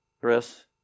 Chris